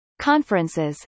conferences